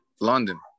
London